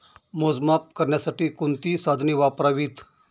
मोजमाप करण्यासाठी कोणती साधने वापरावीत?